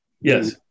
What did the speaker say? Yes